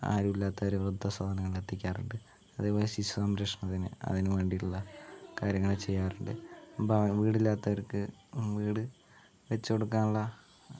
ആരൂമില്ലാത്തവരെ വൃദ്ധസദനങ്ങളിലെത്തിക്കാറുണ്ട് അതേപോലെ ശിശു സംരക്ഷണത്തിന് അതിന് വേണ്ടിയിട്ടുള്ള കാര്യങ്ങൾ ചെയ്യാറുണ്ട് ഇപ്പോൾ വീടില്ലാത്തവർക്ക് വീട് വച്ച് കൊടുക്കുവാനുള്ള